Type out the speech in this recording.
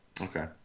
Okay